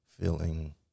feeling